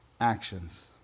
actions